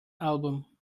album